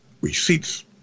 receipts